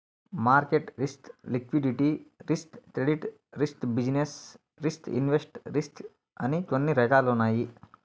market risk liquidity risk credit risk business risk invest risk అని కొన్ని రకాలున్నాయి